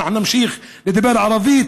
אנחנו נמשיך לדבר ערבית,